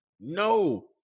No